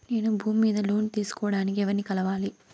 నేను భూమి మీద లోను తీసుకోడానికి ఎవర్ని కలవాలి?